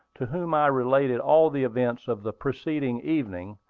to whom i related all the events of the preceding evening,